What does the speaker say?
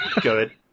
Good